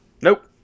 Nope